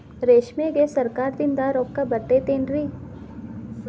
ರೇಷ್ಮೆಗೆ ಸರಕಾರದಿಂದ ರೊಕ್ಕ ಬರತೈತೇನ್ರಿ?